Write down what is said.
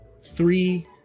three